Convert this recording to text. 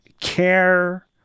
care